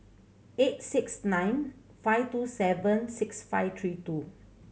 eight six nine five two seven six five three two